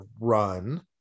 run